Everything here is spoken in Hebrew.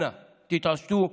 אנא, תתעשתו.